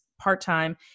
part-time